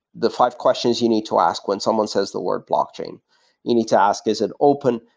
the five questions you need to ask when someone says the word blockchain. you need to ask is it open?